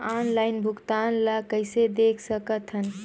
Online भुगतान ल कइसे देख सकथन?